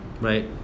right